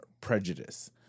prejudice